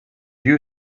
you